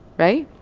right?